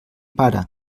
pare